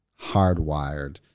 hardwired